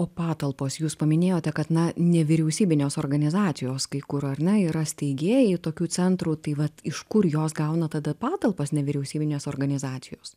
o patalpos jūs paminėjote kad na nevyriausybinės organizacijos kai kur ar ne yra steigėjai tokių centrų tai vat iš kur jos gauna tada patalpas nevyriausybinės organizacijos